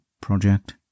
project